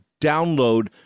download